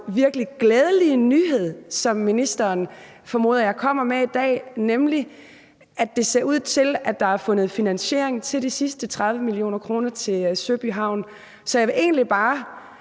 virkelig glædelige nyhed, som jeg formoder at ministeren kommer med i dag, nemlig at det ser ud til, at der er fundet finansiering til de sidste 30 mio. kr. til Søby Havn. Så jeg vil egentlig bare